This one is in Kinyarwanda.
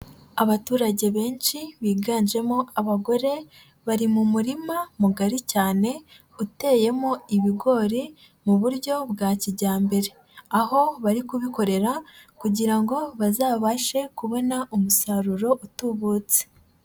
Abaturage benshi biganjemo abagore, bari mu murima mugari cyane uteyemo ibigori mu buryo bwa kijyambere. Aho bari kubikorera kugira ngo bazabashe kubona umusaruro utubutse.